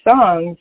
songs